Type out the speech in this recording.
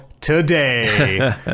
today